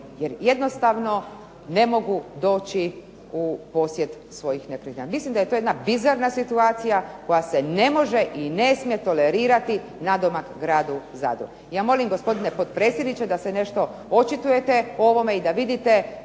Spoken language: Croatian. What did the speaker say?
Jer jednostavno ne mogu doći u posjed svojih nekretnina. Mislim da je to jedna bizarna situacija koja se ne može i ne smije tolerirati nadomak gradu Zadru. I ja molim gospodine potpredsjedniče da se nešto očitujete o ovome i da vidite